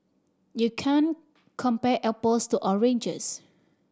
you can't compare apples to oranges